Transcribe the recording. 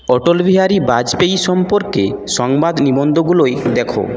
অটল বিহারী বাজপেয়ী সম্পর্কে সংবাদ নিবন্ধগুলোয় দেখো